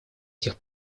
этих